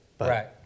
Right